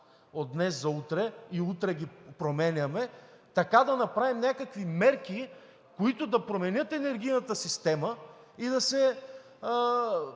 от днес за утре, и утре ги променяме, така да направим някакви мерки, които да променят енергийната система и изведнъж